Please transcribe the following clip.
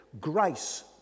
Grace